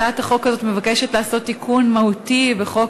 הצעת החוק הזאת מבקשת לעשות תיקון מהותי בחוק